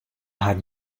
hat